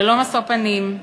ללא משוא פנים.